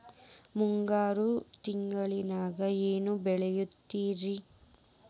ಮುಂಗಾರು ತಿಂಗಳದಾಗ ಏನ್ ಬೆಳಿತಿರಿ?